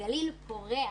הגליל פורח.